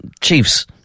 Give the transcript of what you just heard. Chiefs